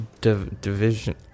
Division